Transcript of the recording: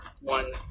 one